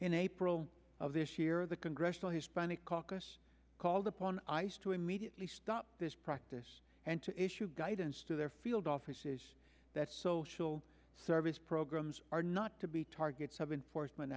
in april of this year the congressional hispanic caucus called upon ice to immediately stop this practice and to issue guidance to their field offices that social service programs are not to be targets have been forced